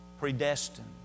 predestined